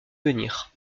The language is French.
venir